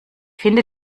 finde